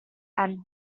and